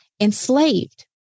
enslaved